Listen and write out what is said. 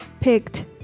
picked